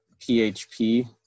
PHP